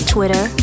Twitter